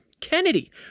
Kennedy